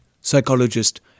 psychologist